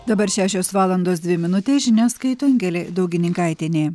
dabar šešios valandos dvi minutes žinias skaito angelė daugininkaitienė